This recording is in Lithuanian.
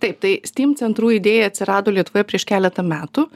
taip tai steam centrų idėja atsirado lietuvoje prieš keletą metų